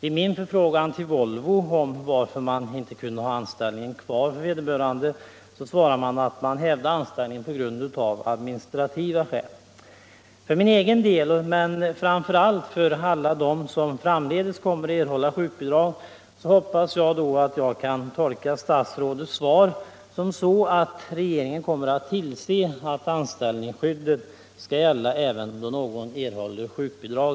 På min förfrågan till Volvo varför företaget inte kunde ha vederbörande kvar i anställningsrullorna blev svaret att anställningen hävdes av administrativa skäl. För min egen del, men framför allt för deras skull som framdeles kommer att erhålla sjukbidrag, hoppas jag att statsrådets svar kan tolkas så att regeringen kommer att tillse att anställningsskyddet i framtiden skall gälla även då någon erhåller sjukbidrag.